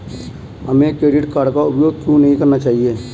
हमें credit card का उपयोग क्यों नहीं करना चाहिए?